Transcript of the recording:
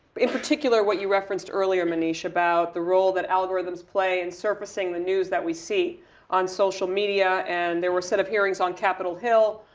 in particular what you referenced earlier manish about the role that algorithms play in surfacing the news that we see on social media. and there were a set of hearings on capitol hill,